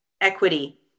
equity